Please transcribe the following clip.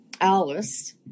Alice